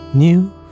New